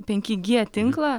penki g tinklą